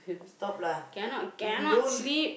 stop lah if you don't